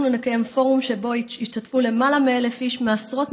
אנחנו נקיים פורום שבו ישתתפו למעלה מ-1,000 איש מעשרות